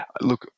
look